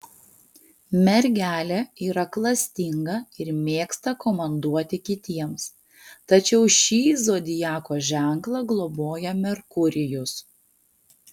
mergelė yra klastinga ir mėgsta komanduoti kitiems tačiau šį zodiako ženklą globoja merkurijus